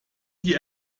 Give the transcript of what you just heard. die